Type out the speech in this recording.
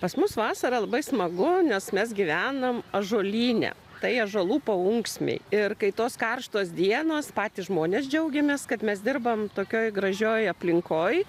pas mus vasarą labai smagu nes mes gyvenam ąžuolyne tai ąžuolų paunksmėj ir kai tos karštos dienos patys žmonės džiaugiamės kad mes dirbam tokioj gražioj aplinkoj